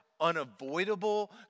unavoidable